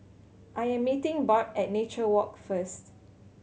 I am meeting Barb at Nature Walk first